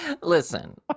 Listen